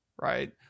right